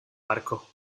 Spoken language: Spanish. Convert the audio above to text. barco